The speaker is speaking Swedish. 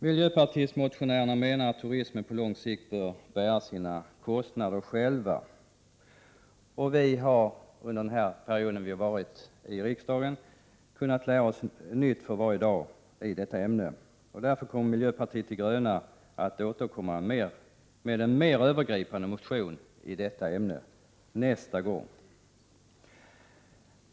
Miljöpartiets motionärer menar att turismen på lång sikt bör bära sina kostnader själv. Vi har under den här perioden som vi varit i riksdagen kunnat lära oss nytt för varje dag i detta ämne. Därför kommer miljöpartiet de gröna att återkomma med en mer övergripande motion i detta ämne nästa gång.